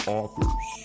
authors